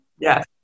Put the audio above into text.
Yes